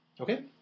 Okay